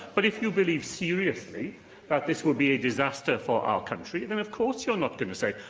but, if you believe seriously that this will be a disaster for our country, then of course you're not going to say,